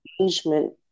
engagement